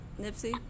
Nipsey